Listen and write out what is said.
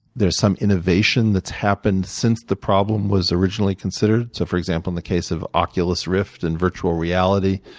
there's some innovation that's happened since the problem was originally considered so for example, in the case of oculus rift in virtual reality,